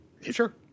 Sure